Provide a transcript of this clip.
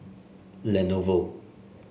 Lenovo